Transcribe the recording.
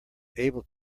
able